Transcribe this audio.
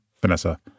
Vanessa